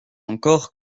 encore